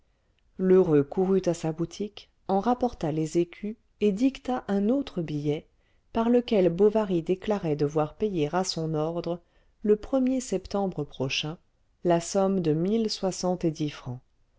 lheureux courut à sa boutique en rapporta les écus et dicta un autre billet par lequel bovary déclarait devoir payer à son ordre le ier septembre prochain la somme de